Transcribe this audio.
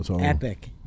epic